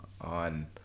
on